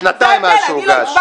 שנתיים מאז שהוגש.